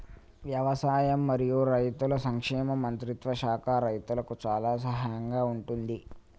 వ్యవసాయం మరియు రైతుల సంక్షేమ మంత్రిత్వ శాఖ రైతులకు చాలా సహాయం గా ఉంటుంది